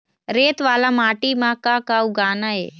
रेत वाला माटी म का का उगाना ये?